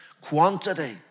quantity